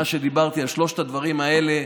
מה שדיברתי על שלושת הדברים האלה,